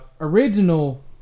original